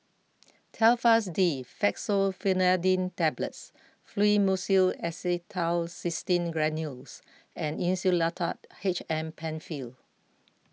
Telfast D Fexofenadine Tablets Fluimucil Acetylcysteine Granules and Insulatard H M Penfill